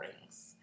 rings